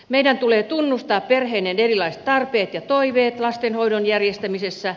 meidän tulee tunnustaa perheiden erilaiset tarpeet ja toiveet lastenhoidon järjestämisessä